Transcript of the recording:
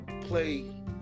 play